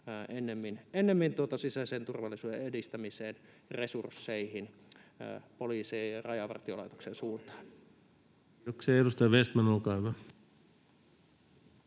ennemmin sisäisen turvallisuuden edistämiseen ja resursseihin poliisien ja Rajavartiolaitoksen suuntaan. [Juha Mäenpää: